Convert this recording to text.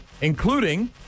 including